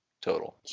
total